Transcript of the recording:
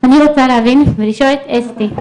אני רוצה להבין ולשאול את אסתי,